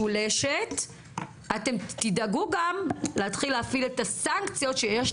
אתם תדאגו גם להתחיל להפעיל את הסנקציות שיש